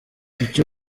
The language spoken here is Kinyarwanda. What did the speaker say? icyo